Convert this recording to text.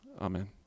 amen